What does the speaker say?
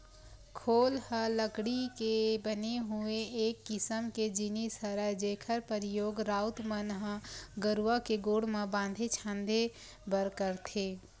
खोल ह लकड़ी के बने हुए एक किसम के जिनिस हरय जेखर परियोग राउत मन ह गरूवा के गोड़ म बांधे छांदे बर करथे